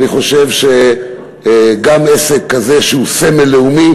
ואני חושב שגם עסק כזה שהוא סמל לאומי